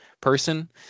person